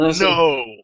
No